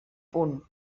punt